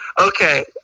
Okay